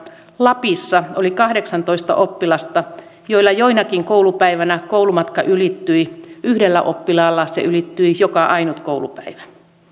lapissa oli kahdeksantoista oppilasta joilla jonakin koulupäivänä koulumatkan aikarajoitus ylittyi yhdellä oppilaalla se ylittyi joka ainut koulupäivä